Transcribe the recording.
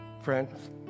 Friends